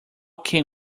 can